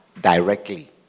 directly